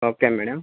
okay madam